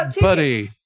buddy